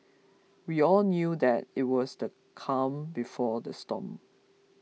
we all knew that it was the calm before the storm